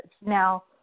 Now